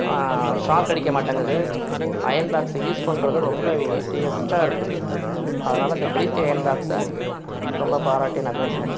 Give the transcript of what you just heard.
shock அடிக்க மாட்டேங்குது iron box use பண்ணறது ரொம்ப ஈஸியஸ்ட்டாயிருக்கு அதனால் இந்த ப்ரீத்தி அயர்ன் பாக்ஸ்சை ரொம்ப பாராட்டி நான் பேசுறேன்